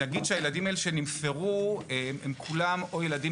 הילדים האלה שנמסרו הם כולם או ילדים